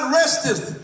resteth